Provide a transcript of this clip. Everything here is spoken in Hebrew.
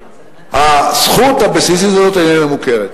הזכות הבסיסית הזאת איננה מוכרת,